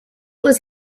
was